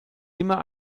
immer